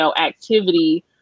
activity